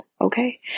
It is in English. okay